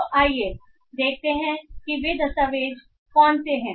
तो आइए देखते हैं कि वे दस्तावेज कौन से हैं